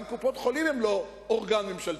גם קופות-חולים הן לא אורגן ממשלתי,